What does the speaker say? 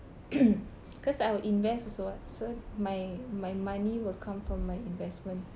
cause I will invest also [what] so my my money will come from my investment